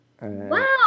wow